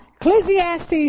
Ecclesiastes